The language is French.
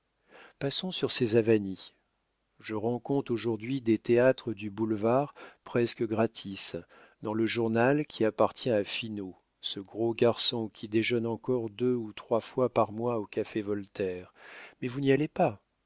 passons sur ces avanies je rends compte aujourd'hui des théâtres du boulevard presque gratis dans le journal qui appartient à finot ce gros garçon qui déjeune encore deux ou trois fois par mois au café voltaire mais vous n'y allez pas